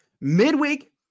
midweek